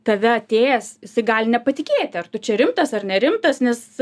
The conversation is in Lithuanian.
tave atėjęs jisai gali nepatikėti ar tu čia rimtas ar nerimtas nes